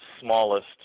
smallest